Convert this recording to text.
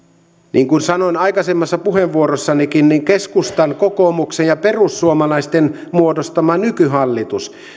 niin kuin sanoin aikaisemmassa puheenvuorossanikin keskustan kokoomuksen ja perussuomalaisten muodostama nykyhallitus